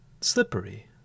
slippery